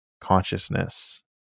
consciousness